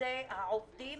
שזה העובדים